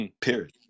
period